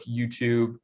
YouTube